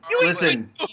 listen